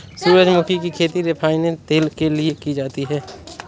सूरजमुखी की खेती रिफाइन तेल के लिए की जाती है